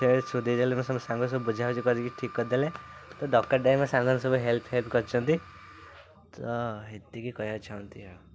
case ସବୁ ଦେଇଦେଲେ ମୁଁ ସବୁ ସାଙ୍ଗ ସବୁ ବୁଝାଭୁଝି କରିକି ଠିକ୍ କରି ଦେଲେ ତ ଦରକାର ଟାଇମ୍ରେ ସାଙ୍ଗ ସବୁ ହେଲ୍ପଫେଲ୍ପ କରିଛନ୍ତି ତ ଏତିକି କହିବାକୁ ଚାହୁଁଛି ଆଉ